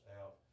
out